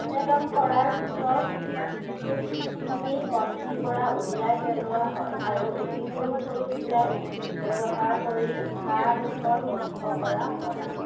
ছেদন কৰাৰ পিছত পূজখিনি গ্ৰন্থিৰ পৰা উলিয়াই পেলোৱা হয় আৰু অতি সৰু সৰু চিলাই ব্যৱহাৰ কৰি ঘাঁ ডোখৰ বন্ধ কৰা হয়